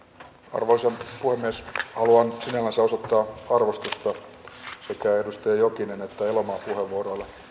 arvoisa puhemies haluan sinällänsä osoittaa arvostusta sekä edustaja jokisen että elomaan puheenvuoroille